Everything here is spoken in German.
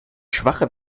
schwache